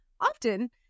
often